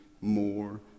more